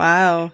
Wow